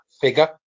figure